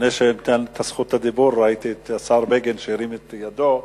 לפני שאתן את זכות הדיבור לשר בגין, שהרים את ידו,